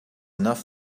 enough